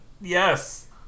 Yes